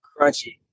Crunchy